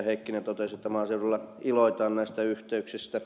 heikkinen totesi että maaseudulla iloitaan näistä yhteyksistä